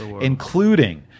including